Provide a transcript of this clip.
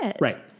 right